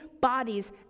bodies